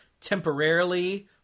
temporarily